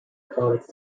products